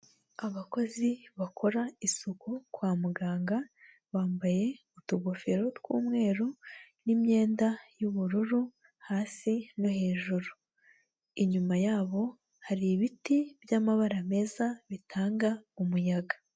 Abakozi bakora isuku kwa muganga bambaye utugofero tw'umweru n' imyenda y'ubururu hasi no hejuru, inyuma yabo hari ibiti by'amabara meza bitanga umuyaga.